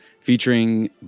featuring